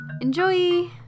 Enjoy